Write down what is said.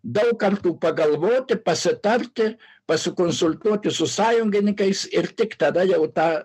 daug kartų pagalvoti pasitarti pasikonsultuoti su sąjungininkais ir tik tada jau tą